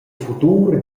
futur